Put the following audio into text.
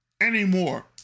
anymore